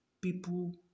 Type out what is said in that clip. people